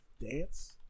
Dance